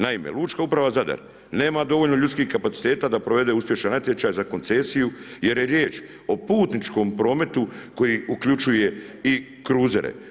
Naime, Lučka uprava Zadar nema dovoljno ljudskih kapaciteta da provede uspješan natječaj za koncesiju jer je riječ o putničkom prometu koji uključuje i kruzere.